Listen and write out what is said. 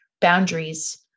boundaries